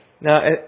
Now